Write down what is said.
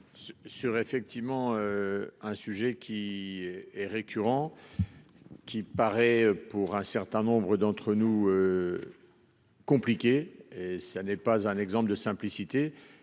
effectivement. Un sujet qui est récurrent.-- Qui paraît pour un certain nombre d'entre nous.-- Compliqué, ça n'est pas un exemple de simplicité.